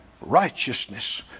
righteousness